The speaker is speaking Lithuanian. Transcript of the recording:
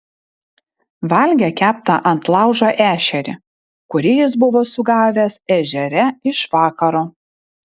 valgė keptą ant laužo ešerį kurį jis buvo sugavęs ežere iš vakaro